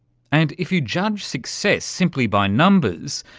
and if you judge success simply by numbers,